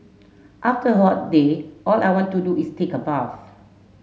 after a hot day all I want to do is take a bath